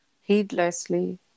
heedlessly